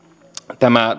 tämä